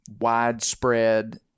widespread